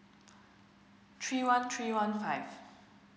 three one three one five